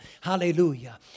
hallelujah